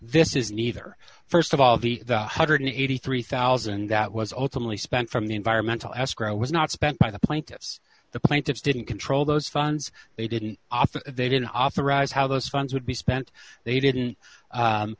this is neither st of all the one hundred and eighty three thousand that was ultimately spent from the environmental escrow was not spent by the plaintiffs the plaintiffs didn't control those funds they didn't they didn't authorize how those funds would be spent they didn't